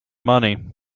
money